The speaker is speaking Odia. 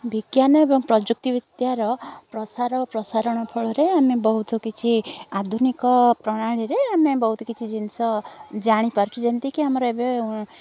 ବିଜ୍ଞାନ ଏବଂ ପ୍ରଯୁକ୍ତିବିଦ୍ୟାର ପ୍ରସାର ଓ ପ୍ରସାରଣ ଫଳରେ ଆମେ ବହୁତ କିଛି ଆଧୁନିକ ପ୍ରଣାଳୀରେ ଆମେ ବହୁତ କିଛି ଜିନିଷ ଜାଣିପାରୁଛୁ ଯେମିତିକି ଆମର ଏବେ